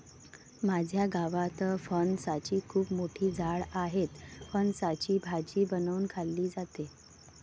माझ्या गावात फणसाची खूप मोठी झाडं आहेत, फणसाची भाजी बनवून खाल्ली जाते